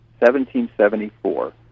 1774